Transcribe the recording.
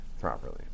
properly